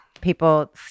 people